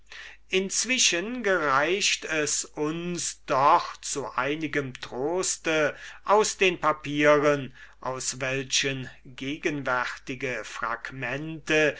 inzwischen gereicht es uns doch zu einigem troste daß wir uns im stande sehen aus den papieren aus welchen gegenwärtige fragmente